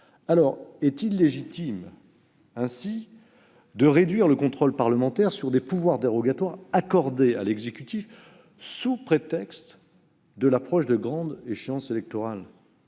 Alors, est-il légitime de réduire ainsi le contrôle parlementaire exercé sur des pouvoirs dérogatoires accordés à l'exécutif, sous prétexte de l'approche de grandes échéances électorales ?